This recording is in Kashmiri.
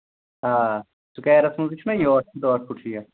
آ آ سُکیرَس منٛزٕے چھُنہ یہِ ٲٹھ پھٕٹہٕ ٲٹھ پھٕٹہٕ چھِ یہِ